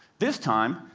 this time,